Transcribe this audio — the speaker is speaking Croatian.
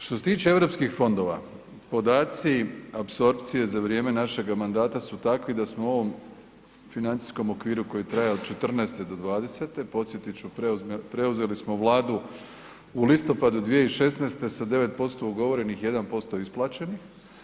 Što se tiče EU fondova, podaci apsorpcije za vrijeme našega mandata su takvi da smo ovom financijskom okviru koji traje od '14. do '20., podsjetit ću, preuzeli smo Vladu u listopadu 2016. sa 9% ugovorenih i 1% isplaćenih.